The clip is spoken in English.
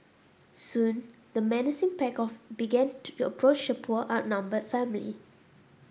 soon the menacing pack of began to approach the poor outnumbered family